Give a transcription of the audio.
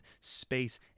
space